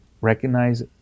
recognize